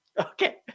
Okay